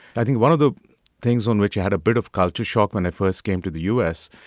i think one of the things on which i had a bit of culture shock when i first came to the u s.